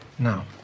Now